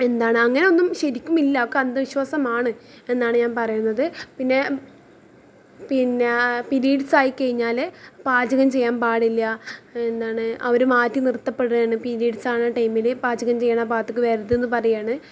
എന്താണ് അങ്ങനെയൊന്നും ശരിക്കുമില്ല ഒക്കെ അന്ധവിശ്വാസമാണ് എന്നാണ് ഞാൻ പറയുന്നത് പിന്നെ പിന്നെ പീരിഡ്സ് ആയി കഴിഞ്ഞാൽ പാചകം ചെയ്യാൻ പാടില്ല എന്താണ് അവർ മാറ്റി നിർത്തപ്പെടുന്നു പീരിഡ്സ് ആകണ ടൈമിൽ പാചകം ചെയ്യുന്ന ഭാഗത്തേക്ക് വരരുതെന്ന് പറയാണ്